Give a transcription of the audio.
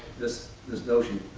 this this notion